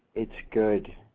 it's good,